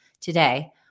Today